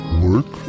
work